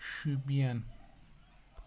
Shopian